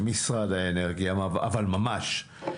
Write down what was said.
אבל ממש,